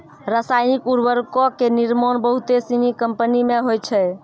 रसायनिक उर्वरको के निर्माण बहुते सिनी कंपनी मे होय छै